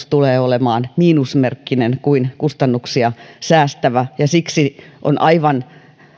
tulee olemaan miinusmerkkinen kuin kustannuksia säästävä siksi on aivan